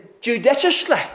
judiciously